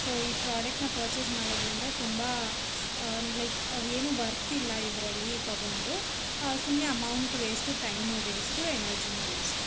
so ಈ ಪ್ರಾಡಕ್ಟನ್ನ purchase ಮಾಡೋದರಿಂದ ತುಂಬ ಲೈಕ್ ಏನೂ ವರ್ತ್ ಇಲ್ಲ ಇದರಲ್ಲಿ ತಗೊಂಡು ಸುಮ್ಮನೆ ಅಮೌಂಟ್ ವೇಸ್ಟು ಟೈಮೂ ವೇಸ್ಟು ಎನರ್ಜಿನೂ ವೇಸ್ಟು